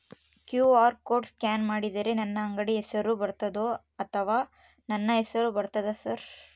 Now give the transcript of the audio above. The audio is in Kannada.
ಕ್ಯೂ.ಆರ್ ಕೋಡ್ ಸ್ಕ್ಯಾನ್ ಮಾಡಿದರೆ ನನ್ನ ಅಂಗಡಿ ಹೆಸರು ಬರ್ತದೋ ಅಥವಾ ನನ್ನ ಹೆಸರು ಬರ್ತದ ಸರ್?